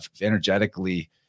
energetically